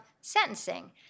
sentencing